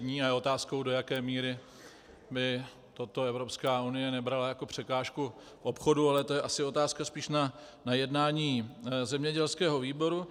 A je otázkou, do jaké míry by toto Evropská unie nebrala jako překážku obchodu, ale to je asi otázka spíš na jednání zemědělského výboru.